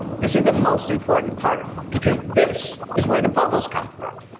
this is the most important part because this is where the bubbles come from.